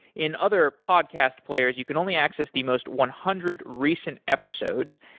in other podcast players you can only access the most one hundred recent episodes,